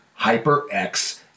HyperX